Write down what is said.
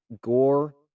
Gore